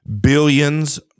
billions